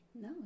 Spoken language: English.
no